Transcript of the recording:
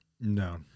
No